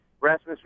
Rasmus